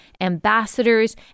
ambassadors